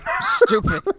Stupid